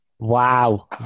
Wow